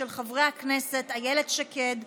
של חברי הכנסת איילת שקד,